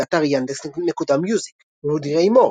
באתר Yandex.Music רודי ריי מור,